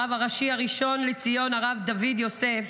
הרב הראשי הראשון לציון הרב דוד יוסף,